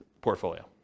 portfolio